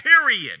period